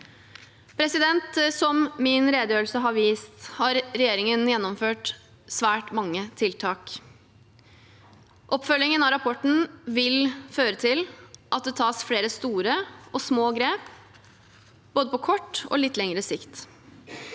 Som min redegjørelse har vist, har regjeringen gjennomført svært mange tiltak. Oppfølgingen av rapporten vil føre til at det tas flere store og små grep, både på kort og litt lengre sikt.